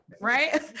right